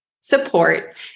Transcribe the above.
support